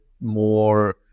more